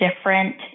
different